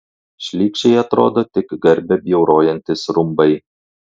šlykščiai atrodo tik garbę bjaurojantys rumbai